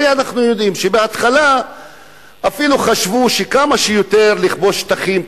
הרי אנחנו יודעים שבהתחלה אפילו חשבו שכמה שיותר לכבוש שטחים,